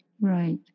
Right